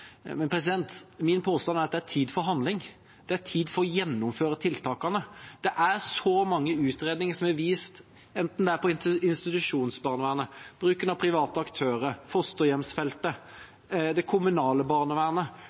min påstand er at det er tid for handling, tid for å gjennomføre tiltakene. Det er mange utredninger som har vist – enten det gjelder institusjonsbarnevernet, bruk av private aktører, fosterhjemsfeltet eller det kommunale barnevernet,